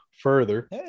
further